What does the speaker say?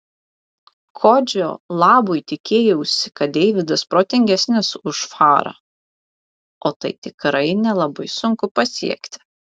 kodžio labui tikėjausi kad deividas protingesnis už farą o tai tikrai nelabai sunku pasiekti